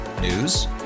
News